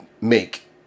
make